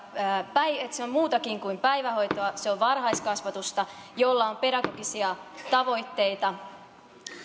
että se on muutakin kuin päivähoitoa se on varhaiskasvatusta jolla on pedagogisia tavoitteita